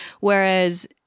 whereas